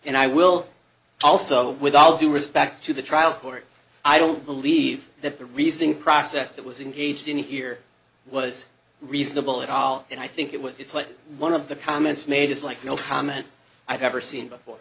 and i will also with all due respect to the trial court i don't believe that the reasoning process that was engaged in here was reasonable at all and i think it was it's like one of the comments made just like no comment i've ever seen before